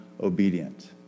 obedient